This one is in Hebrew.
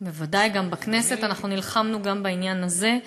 בוודאי, גם בכנסת, אנחנו נלחמנו גם בעניין הזה.